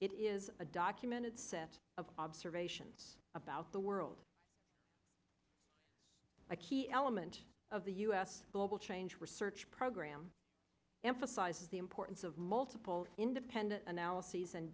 it is a documented set of observations about the world a key element of the u s global change research program emphasizes the importance of multiple independent analyses and